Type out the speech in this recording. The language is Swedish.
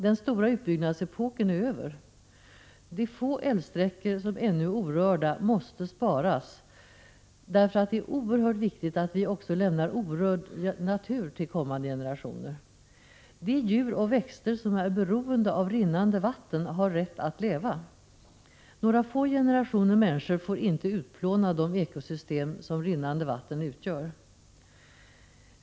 Den stora utbyggnadsepoken är över. De få älvsträckor som ännu är orörda måste sparas, därför att det är oerhört viktigt att vi också lämnar orörd natur till kommande generationer. De djur och växter som är beroende av rinnande vatten har rätt att leva. Några få generationer människor får inte utplåna de ekosystem som rinnande vatten utgör.